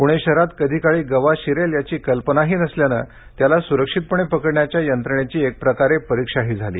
पुणे शहरात कधीकाळी गवा शिरेल याची कल्पनाही नसल्यानं त्याला सुरक्षितपणे पकडण्याच्या यंत्रणेची एक प्रकारे परीक्षाही झाली